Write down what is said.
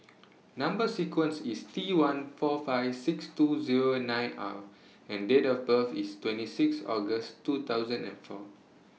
Number sequence IS T one four five six two Zero nine R and Date of birth IS twenty six August two thousand and four